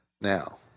Now